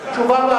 אפשר.